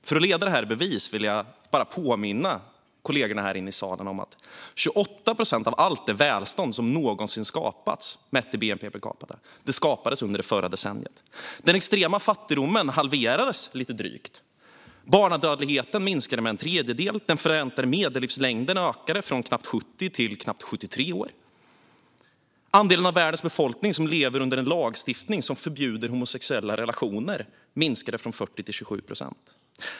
För att leda detta i bevis vill jag påminna kollegorna här i salen om att 28 procent av allt välstånd som någonsin skapats, mätt i bnp per capita, skapades under det förra decenniet. Den extrema fattigdomen halverades, lite drygt. Barnadödligheten minskade med en tredjedel. Den förväntade medellivslängden ökade från knappt 70 år till knappt 73 år. Andelen av världens befolkning som lever under en lagstiftning som förbjuder homosexuella relationer minskade från 40 till 27 procent.